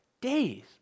days